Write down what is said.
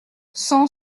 cent